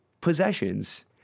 possessions